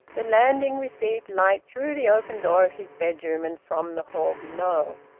the landing received light through the open door of his bedroom and from the hall below.